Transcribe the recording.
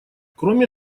кроме